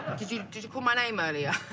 did you did you call my name, earlier?